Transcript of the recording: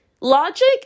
logic